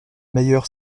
meilleur